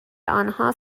آنها